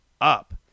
up